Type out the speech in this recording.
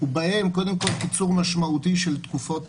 ובהם קודם כל קיצור משמעותי של תקופות